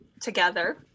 together